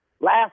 last